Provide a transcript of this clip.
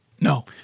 No